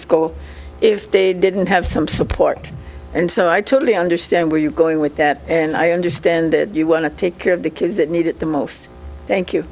preschool if they didn't have some support and so i totally understand where you're going with that and i understand you want to take care of the kids that need it the most thank you